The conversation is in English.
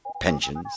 pensions